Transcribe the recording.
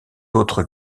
autre